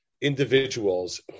individuals